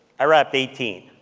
i wrapped eighteen.